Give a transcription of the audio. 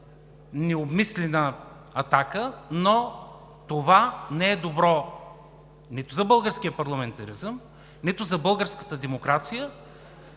необмислена атака, но това не е добро нито за българския парламентаризъм, нито за българската демокрация,